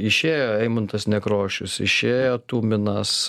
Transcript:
išėjo eimuntas nekrošius išėjo tuminas